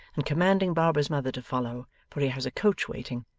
and commanding barbara's mother to follow, for he has a coach waiting,